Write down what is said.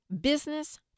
Business